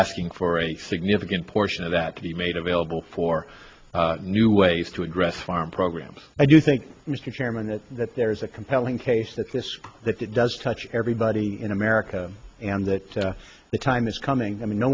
asking for a significant portion of that to be made available for new ways to address farm programs i do think mr chairman that there is a compelling case that this that it does touch everybody in america and that the time is coming i mean no